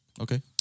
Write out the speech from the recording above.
Okay